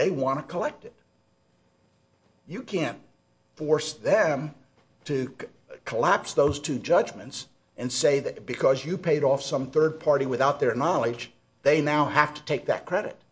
they want to collect it you can't force them to collapse those two judgments and say that because you paid off some third party without their knowledge they now have to take that credit